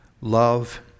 Love